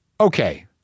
Okay